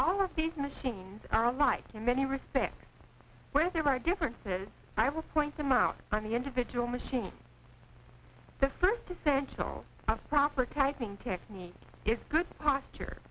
all of these machines are alike in many respects where there are differences i will point them out on the individual machine the first essential proper tightening technique is good posture